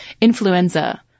influenza